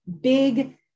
big